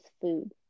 food